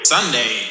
Sunday